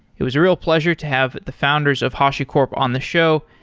it was a real pleasure to have the founders of hashicorp on the show,